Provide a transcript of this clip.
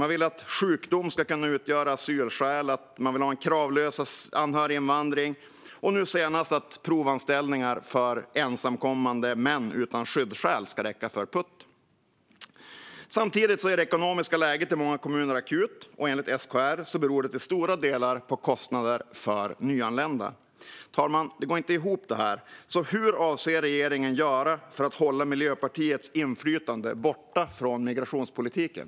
Man vill att sjukdom ska kunna utgöra asylskäl, man vill ha en kravlös anhöriginvandring och man vill - nu senast - att provanställningar för ensamkommande män utan skyddsskäl ska räcka för permanent uppehållstillstånd. Samtidigt är det ekonomiska läget i många kommuner akut, och enligt SKR beror det till stora delar på kostnader för nyanlända. Fru talman! Detta går inte ihop. Hur avser regeringen att göra för att hålla Miljöpartiets inflytande borta från migrationspolitiken?